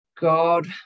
God